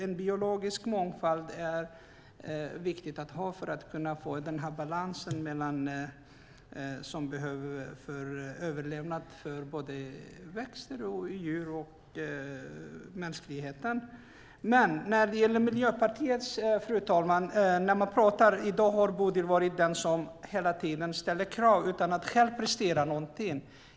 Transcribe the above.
En biologisk mångfald är viktig för att få balansen för överlevnaden för växter, djur och mänskligheten. Fru talman! I dag har Bodil ställt krav utan att själv prestera någonting.